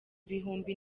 ibihumbi